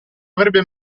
avrebbe